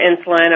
insulin